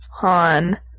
Han